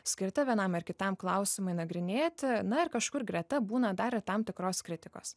skirta vienam ar kitam klausimui nagrinėti na ir kažkur greta būna dar ir tam tikros kritikos